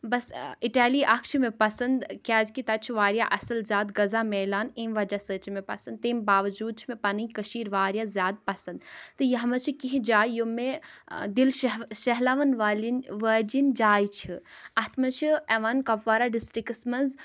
بَس Italy اَکھ چھِ مےٚ پَسنٛد کیازِ کہِ تَتہِ چھُ واریاہ اَصٕل زیادٕ غذا میلان اَمہِ وجہ سۭتۍ چھِ مےٚ پَسنٛد تَمہِ باوجوٗد چھِ مےٚ پَنٕنۍ کٔشیٖر واریاہ زیادٕ پَسنٛد تہٕ یَتھ منٛز چھِ کینٛہہ جایہِ یِم مےٚ دِل شہ شہلوَن والٮ۪ن واجٮ۪ن جایہِ چھِ اَتھ منٛز چھِ یِوان کۄپوارہ ڈِسٹِرٛکَس منٛز